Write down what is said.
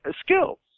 skills